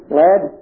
lad